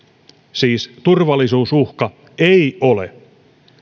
siis turvallisuusuhka ei ole